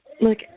Look